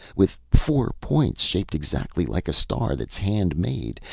with four points, shaped exactly like a star that's hand-made,